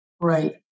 Right